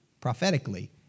prophetically